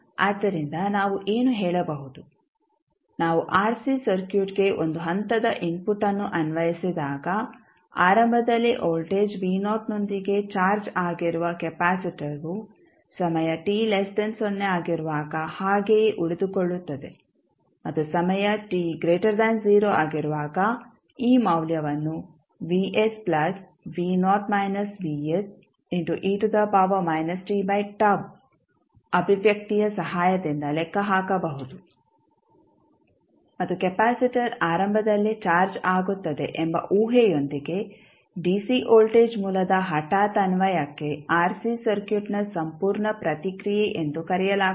ಆದ್ದರಿಂದ ನಾವು ಏನು ಹೇಳಬಹುದು ನಾವು ಆರ್ಸಿ ಸರ್ಕ್ಯೂಟ್ಗೆ ಒಂದು ಹಂತದ ಇನ್ಪುಟ್ ಅನ್ನು ಅನ್ವಯಿಸಿದಾಗ ಆರಂಭದಲ್ಲಿ ವೋಲ್ಟೇಜ್ ನೊಂದಿಗೆ ಚಾರ್ಜ್ ಆಗಿರುವ ಕೆಪಾಸಿಟರ್ವು ಸಮಯ t 0 ಆಗಿರುವಾಗ ಹಾಗೆಯೇ ಉಳಿದುಕೊಳ್ಳುತ್ತದೆ ಮತ್ತು ಸಮಯ t 0 ಆಗಿರುವಾಗ ಈ ಮೌಲ್ಯವನ್ನು ಅಭಿವ್ಯಕ್ತಿಯ ಸಹಾಯದಿಂದ ಲೆಕ್ಕಹಾಕಬಹುದು ಮತ್ತು ಕೆಪಾಸಿಟರ್ ಆರಂಭದಲ್ಲಿ ಚಾರ್ಜ್ ಆಗುತ್ತದೆ ಎಂಬ ಊಹೆಯೊಂದಿಗೆ ಡಿಸಿ ವೋಲ್ಟೇಜ್ ಮೂಲದ ಹಠಾತ್ ಅನ್ವಯಕ್ಕೆ ಆರ್ಸಿ ಸರ್ಕ್ಯೂಟ್ನ ಸಂಪೂರ್ಣ ಪ್ರತಿಕ್ರಿಯೆ ಎಂದು ಕರೆಯಲಾಗುತ್ತದೆ